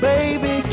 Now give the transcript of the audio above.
Baby